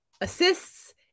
assists